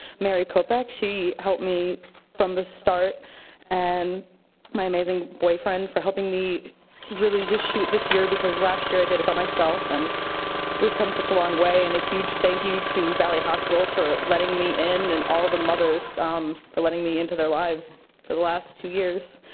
mary kopec. she helped me from the start and my amazing boyfriend for helping me really just shoot this year because last year i did it by myself and we've come such a long way. and a huge thank you to valley hospital for letting me in and all the mothers um for letting me into their lives for the last two years.